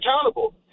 accountable